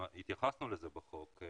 התייחסנו לזה בחוק.